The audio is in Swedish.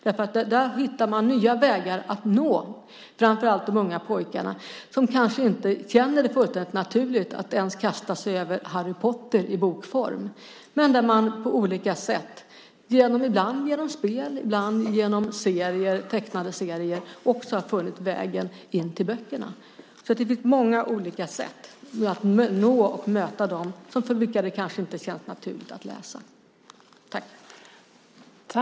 Där hittar man nya vägar att nå framför allt unga pojkar för vilka det kanske inte känns fullständigt naturligt att ens kasta sig över Harry Potter i bokform. På olika sätt - ibland genom spel, ibland genom tecknade serier - har de funnit vägen in till böckerna. Det finns alltså många olika sätt att nå och möta dem för vilka det kanske inte känns naturligt att läsa.